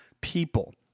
people